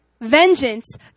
vengeance